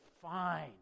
fine